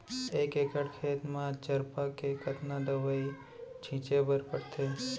एक एकड़ खेत म चरपा के कतना दवई छिंचे बर पड़थे?